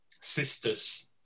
sisters